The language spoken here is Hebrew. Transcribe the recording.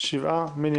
מי נמנע?